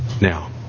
Now